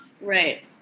Right